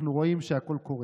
אנחנו רואים שהכול קורס.